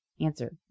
Answer